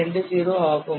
20 ஆகும்